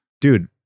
dude